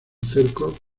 cerco